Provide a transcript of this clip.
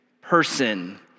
person